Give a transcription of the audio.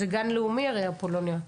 הרי זה גן לאומי, אפולוניה.